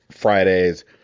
Friday's